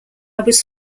was